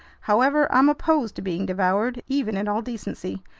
however, i'm opposed to being devoured, even in all decency,